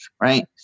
right